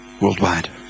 worldwide